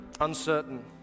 uncertain